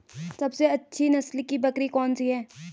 सबसे अच्छी नस्ल की बकरी कौन सी है?